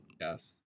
Yes